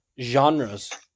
genres